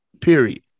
period